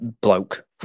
bloke